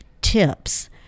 tips